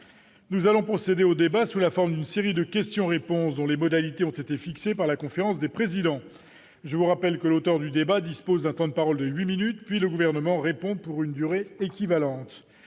nous allons procéder au débat sous la forme d'une série de questions-réponses, dont les modalités ont été fixées par la conférence des présidents, je vous rappelle que l'auteur du débat dispose d'un temps de parole de 8 minutes, puis le gouvernement répond pour une durée équivalente,